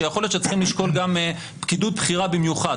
שיכול להיות שצריכים לשקול גם פקידות בכירה במיוחד,